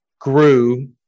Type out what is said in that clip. grew